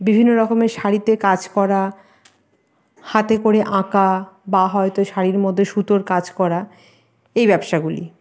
বিভিন্নরকমের শাড়িতে কাজ করা হাতে করে আঁকা বা হয়তো শাড়ির মধ্যে সুতোর কাজ করা এই ব্যবসাগুলি